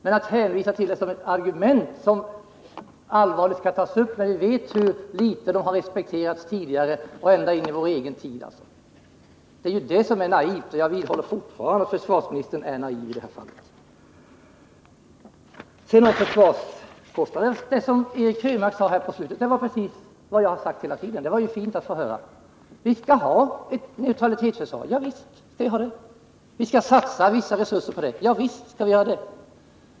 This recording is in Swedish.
Men att hänvisa till den som ett allvarligt argument när vi vet hur litet konventioner tidigare har respekterats, det är naivt. Det som Eric Krönmark sade på slutet om försvarskostnaderna var precis vad jag har sagt hela tiden: Vi skall ha ett neutralitetsförsvar. Javisst. Vi skall satsa vissa resurser på det. Javisst.